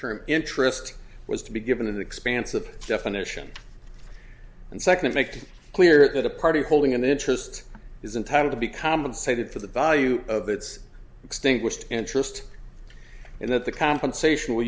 term interest was to be given an expansive definition and second make clear that a party holding an interest is entitled to be compensated for the value of its extinguished interest and that the compensation will